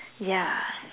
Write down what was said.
yeah